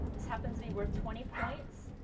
this happens to be worth twenty points.